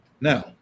Now